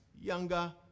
younger